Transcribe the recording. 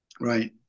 Right